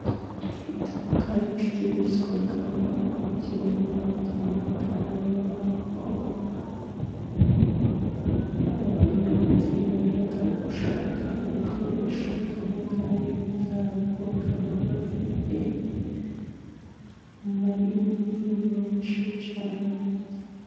Iduka ricururizwamo ibyuma by'amagare, aho abanyonzi bajya gushaka ibikoresho by'amagare yabo, bakaba bafite amaringi menshi cyane.